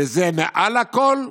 וזה מעל לכול,